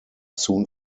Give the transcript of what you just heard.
soon